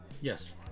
Yes